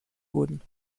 wurden